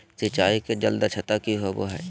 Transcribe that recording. सिंचाई के जल दक्षता कि होवय हैय?